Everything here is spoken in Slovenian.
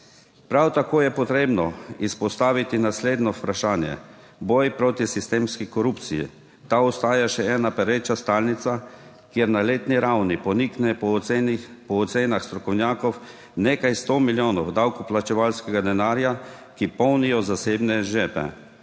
Prav tako je potrebno izpostaviti naslednje vprašanje: boj proti sistemski korupciji. Ta ostaja še ena pereča stalnica, kjer na letni ravni ponikne po ocenah strokovnjakov nekaj 100 milijonov davkoplačevalskega denarja, ki polnijo zasebne žepe.